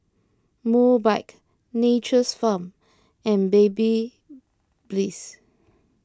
Mobike Nature's Farm and Babyliss